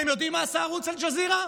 אתם יודעים מה עשה ערוץ אל-ג'זירה?